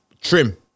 trim